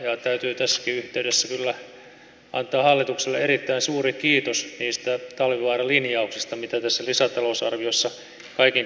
täytyy tässäkin yhteydessä kyllä antaa hallitukselle erittäin suuri kiitos niistä talvivaara linjauksista joita tässä lisätalousarviossa kaiken kaikkiaan on nyt tehty